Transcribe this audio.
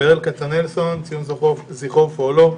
ברל כצנלסון (ציון זכרו ופועלו),